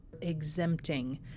exempting